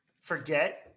forget